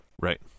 Right